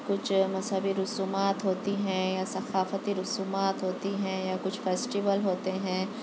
کچھ مذہبی رسومات ہوتی ہیں یا ثقافتی رسومات ہوتی ہیں یا کچھ فیسٹیول ہوتے ہیں